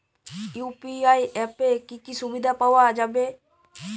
UPI অ্যাপে কি কি সুবিধা পাওয়া যাবে?